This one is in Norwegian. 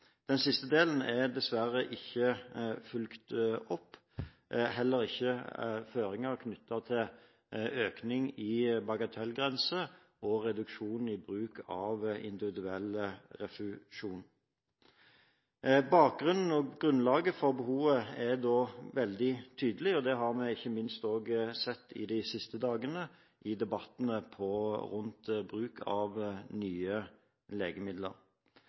Den siste delen er dessverre ikke fulgt opp, heller ikke føringer knyttet til økning i bagatellgrense og reduksjon i bruk av individuell refusjon. Bakgrunnen og grunnlaget for behovet er da veldig tydelig, og det har vi ikke minst også sett i de siste dagene i debattene rundt bruk av nye legemidler.